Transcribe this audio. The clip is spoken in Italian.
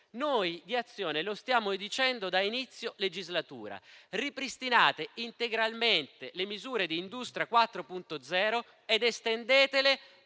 noi di Azione lo stiamo dicendo da inizio legislatura: ripristinate integralmente le misure di Industria 4.0 ed estendetele